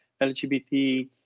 LGBT